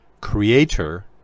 creator